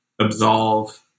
absolve